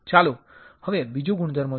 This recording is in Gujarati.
ચાલો હવે બીજો ગુણધર્મ જોઈએ